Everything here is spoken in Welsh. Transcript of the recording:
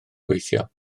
gweithio